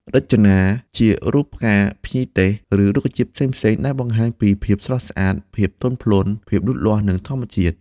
រចនាជារូបផ្កា ភ្ញីទេស ឬរុក្ខជាតិផ្សេងៗ ដែលបង្ហាញពី ភាពស្រស់ស្អាត ភាពទន់ភ្លន់ ភាពលូតលាស់ និងធម្មជាតិ។